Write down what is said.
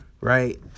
right